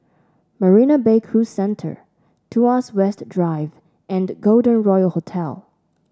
Marina Bay Cruise Centre Tuas West Drive and Golden Royal Hotel